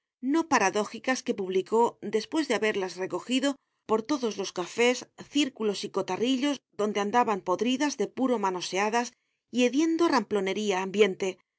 no paradójicas que publicó después de haberlas recojido por todos los cafés círculos y cotarrillos donde andaban podridas de puro manoseadas y hediendo a ramplonería ambiente